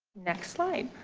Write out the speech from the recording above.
next slide.